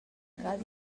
tras